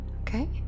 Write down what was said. okay